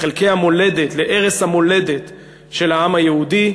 לחלקי המולדת, לערש המולדת של העם היהודי,